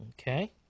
Okay